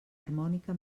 harmònica